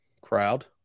crowd